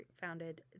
founded